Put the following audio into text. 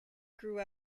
grew